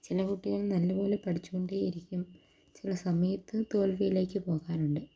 ചില കുട്ടികൾ നല്ലപോലെ പഠിച്ച് കൊണ്ടേയിരിക്കും ചില സമയത്ത് തോൽവിയിലേക്ക് പോകാറുണ്ട്